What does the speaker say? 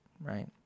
right